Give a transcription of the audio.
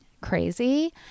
crazy